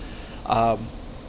um